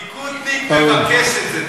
ליכודניק מבקש את זה.